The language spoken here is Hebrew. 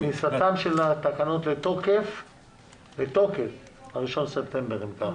כניסתם של התקנות לתוקף ה-1 בספטמבר, אם ככה.